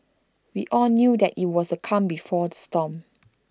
we all knew that IT was the calm before the storm